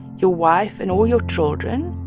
your wife and all your children.